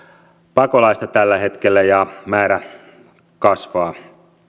pakolaista tällä hetkellä ja määrä kasvaa